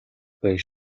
байна